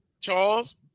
charles